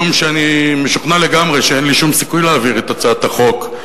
ורק משום שאני משוכנע לגמרי שאין לי שום סיכוי להעביר את הצעת החוק,